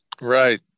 Right